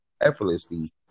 effortlessly